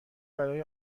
برای